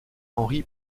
henri